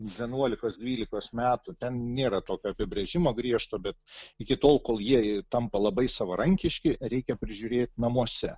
vienuolikos dvylikos metų ten nėra tokio apibrėžimo griežto bet iki tol kol jieji tampa labai savarankiški reikia prižiūrėt namuose